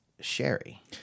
sherry